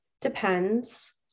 Depends